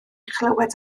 chlywed